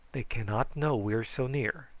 they cannot know we are so near.